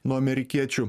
nuo amerikiečių